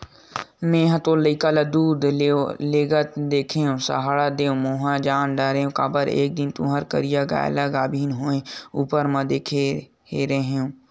मेंहा तोर लइका ल दूद लेगत देखेव सहाड़ा देव मेंहा जान डरेव काबर एक दिन तुँहर करिया गाय ल गाभिन होय ऊपर म देखे रेहे हँव